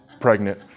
pregnant